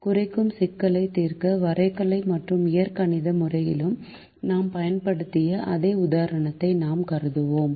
குறைக்கும் சிக்கல்களைத் தீர்க்க வரைகலை மற்றும் இயற்கணித முறையிலும் நாம் பயன்படுத்திய அதே உதாரணத்தை நாம் கருதுகிறோம்